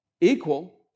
equal